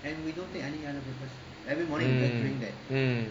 mm mm mm